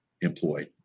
employed